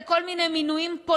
והמשק הולך לכיוון של מיתון,